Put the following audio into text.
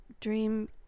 dream